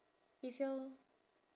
if your